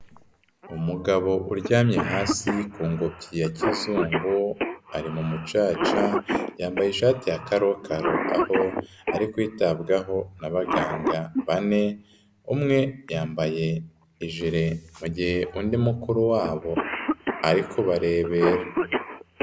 Umugabo uryamye hasi ku ngobyi ya kizungu, ari mu mucaca, yambaye ishati ya karokaro aho ari kwitabwaho n'abaganga bane, umwe yambaye ijire, mu gihe undi mukuru wabo ari kubarebera.